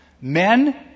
Men